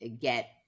get